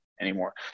anymore